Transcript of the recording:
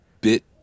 bit